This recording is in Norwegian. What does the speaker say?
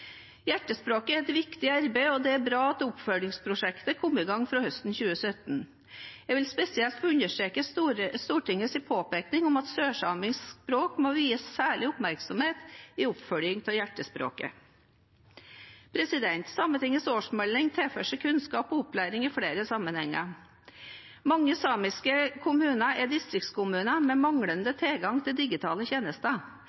Hjertespråket er et viktig arbeid, og det er bra at oppfølgingsprosjektet kom i gang fra høsten 2017. Jeg vil spesielt få understreke Stortingets påpekning om at sørsamisk språk må vies særlig oppmerksomhet i oppfølgingen av Hjertespråket. Sametingets årsmelding tar for seg kunnskap og opplæring i flere sammenhenger. Mange samiske kommuner er distriktskommuner med